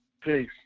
Peace